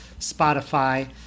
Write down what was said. Spotify